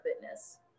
fitness